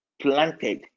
planted